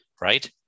Right